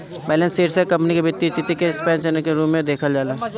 balance sheet से company के वित्तीय स्थिति के स्नैप शोर्ट के रूप में भी देखल जाला